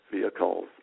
vehicles